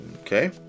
Okay